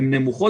הן נמוכות.